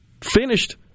finished –